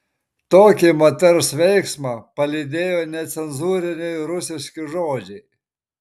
tokį moters veiksmą palydėjo necenzūriniai rusiški žodžiai